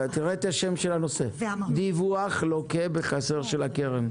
תראה את שם נושא הדיון: "דיווח לוקה בחסר של הקרן".